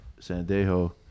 Sandejo